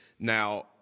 Now